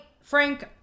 Frank